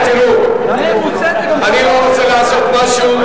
אני לא רוצה לעשות משהו,